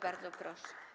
Bardzo proszę.